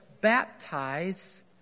baptize